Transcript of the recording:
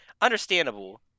understandable